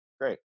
great